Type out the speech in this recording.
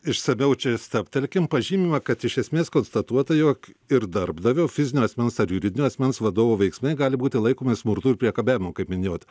išsamiau čia stabtelkim pažymima kad iš esmės konstatuota jog ir darbdavio fizinio asmens ar juridinio asmens vadovo veiksmai gali būti laikomi smurtu ir priekabiavimu kaip minėjot